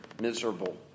miserable